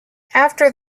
after